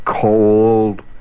cold